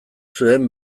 zuen